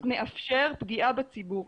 מאפשר פגיעה בציבור.